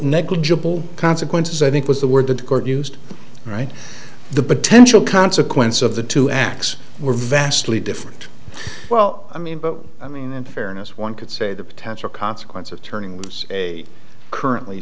negligible consequences i think was the word that the court used right the potential consequence of the two acts were vastly different well i mean but i mean in fairness one could say the potential consequence of turning was a currently